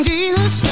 Jesus